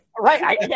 Right